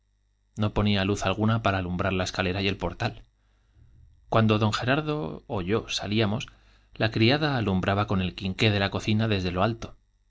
o ponía luz alguna para alumbrar la escalera y el portal cuando d gegardo ó yo salíamos la criada alumbraba con el quinqué de la cocina desde lo alto